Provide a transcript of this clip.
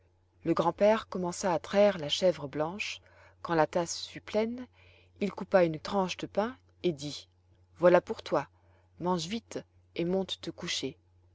le grand-père commença à traire la chèvre blanche quand la tasse fut pleine il coupa une tranche de pain et dit voilà pour toi mange vite et monte te coucher